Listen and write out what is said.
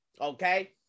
okay